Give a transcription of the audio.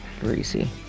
Greasy